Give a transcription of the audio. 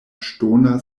ŝtona